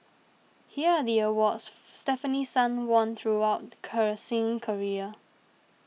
here are the awards Stefanie Sun won throughout her singing career